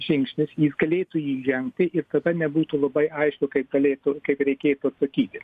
žingsnis jis galėtų jį žengti ir tada nebūtų labai aišku kaip galėtų kaip reikėtų atsakyti